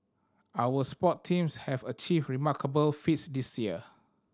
our sport teams have achieved remarkable feats this year